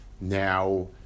Now